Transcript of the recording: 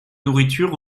nourriture